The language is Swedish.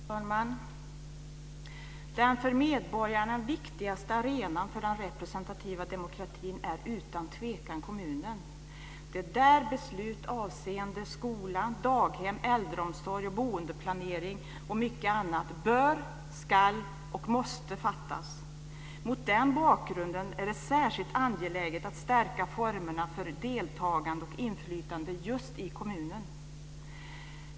Fru talman! Den för medborgarna viktigaste arenan för den representativa demokratin är utan tvekan kommunen. Det är där beslut avseende skola, daghem, äldreomsorg, boendeplanering och mycket annat bör, ska och måste fattas. Mot den bakgrunden är det särskilt angeläget att stärka formerna för deltagande och inflytande just i kommunen.